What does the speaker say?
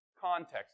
context